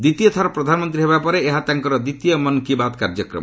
ଦ୍ୱିତୀୟ ଥର ପ୍ରଧାନମନ୍ତ୍ରୀ ହେବା ପରେ ଏହା ତାଙ୍କର ଦ୍ୱିତୀୟ ମନ୍ କୀ ବାତ୍ କାର୍ଯ୍ୟକ୍ରମ